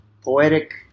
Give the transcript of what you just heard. poetic